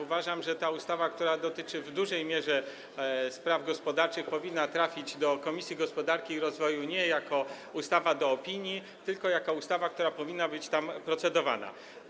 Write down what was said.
Uważam, że ta ustawa, która dotyczy w dużej mierze spraw gospodarczych, powinna trafić do Komisji Gospodarki i Rozwoju nie jako ustawa do zaopiniowania, tylko jako ustawa, która powinna być tam procedowana.